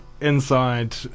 inside